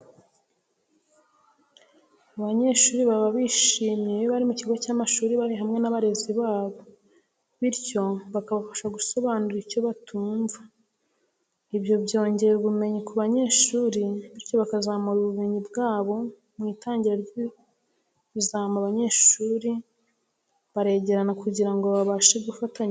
Abanyeshiri baba bishimye iyo bari mu kigo cy'amashuri bari hamwe n'abarezi babo, bityo bakabasha gusobanuza icyo batumva. Ibyo byongera ubumenyi ku banyeshuri bityo bakazamura ubumenyi bwabo mu itangira ry'ibizamini abanyeshuri baregerana kugira ngo babashe gufatanyiriza hamwe.